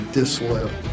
disloyal